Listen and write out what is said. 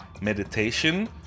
meditation